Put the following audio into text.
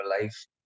life